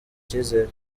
icyizere